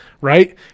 right